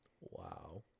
Wow